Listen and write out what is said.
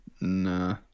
Nah